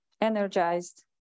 energized